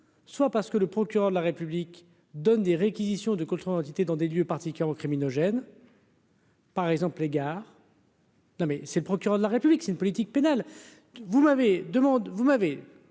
soit parce que le procureur de la République donne des réquisitions de transiter dans des lieux particulièrement criminogène. Par exemple, les gares. Non mais c'est le procureur de la République, c'est une politique pénale, vous m'avez demande